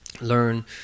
Learn